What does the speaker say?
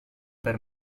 per